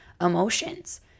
emotions